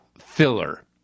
filler